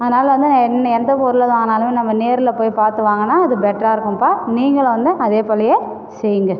அதனால் வந்து நான் என் எந்த பொருள் வாங்குனாலும் நம்ம நேரில் போய் பார்த்து வாங்கினால் அது பெட்ராக இருக்கும்ப்பா நீங்களும் வந்து அதே போலயே செய்யுங்கள்